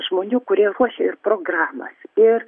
žmonių kurie ruošia ir programas ir